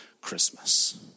Christmas